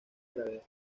gravedad